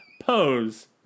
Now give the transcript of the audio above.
pose